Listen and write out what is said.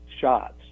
shots